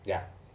ya